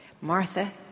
Martha